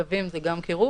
שבים זה גם קירוב,